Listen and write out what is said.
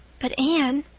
but, anne,